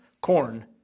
Corn